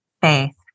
Faith